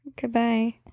Goodbye